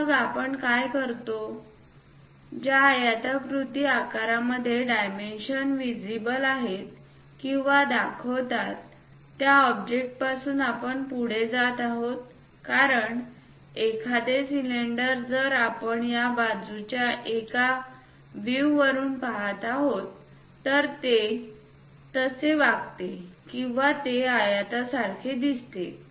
तर मग आपण काय करतो ज्या आयताकृती आकारामध्ये डायमेन्शन्स विझिबल आहेत किंवा दाखवतात त्या ऑब्जेक्ट पासून आपण पुढे जात आहोत कारण एखादे सिलेंडर जर आपण या बाजूच्या एका व्हिववरून पाहत आहोत तर ते तसे वागते किंवा ते आयता सारखे दिसते